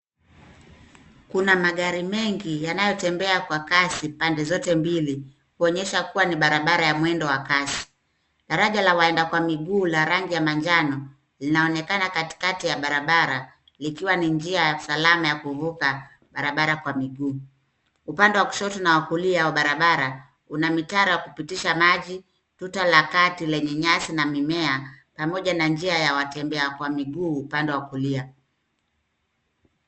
Kuna magari mengi yanayotembea kwa kasi pande zote mbili kuonyesha kuwa ni barabara ya mwendo wa kasi. Daraja la waenda kwa miguu la rangi ya manjano linaonekana katikati ya barabara likiwa ni njia salama ya kuvuka barabara kwa miguu. Upande wa kushoto na wa kulia wa barabara kuna mitaro ya kupitisha maji, tuta la kati lenye nyasi na mimea pamoja na njia ya watembea kwa miguu upande wa kulia.